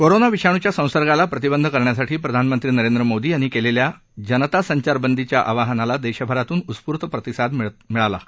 corona विषाणूच्या संसर्गाला प्रतिबंध करण्यासाठी प्रधानमंत्री नरेंद्र मोदी यांनी केलेल्या जनता संचारबंदी च्या आवाहनाला देशभरातून उस्फूर्त प्रतिसाद मिळत आहे